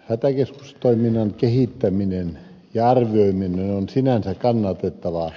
hätäkeskustoiminnan kehittäminen ja arvioiminen on sinänsä kannatettavaa